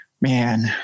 man